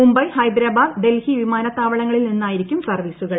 മുംബൈ ഹൈദരാബാദ് ഡൽഹി വിമാനത്താവളങ്ങളിൽ നിന്നായിരിക്കും സർവ്വീസുകൾ